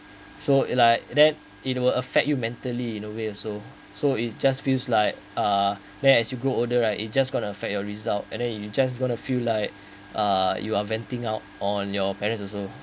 so it like that it will affect you mentally in a way also so it just feels like uh then as you grow older right it just gonna affect your result and then you just going feel like uh you are venting out on your parents also